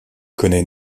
connait